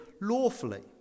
lawfully